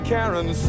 Karen